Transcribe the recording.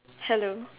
hello